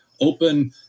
open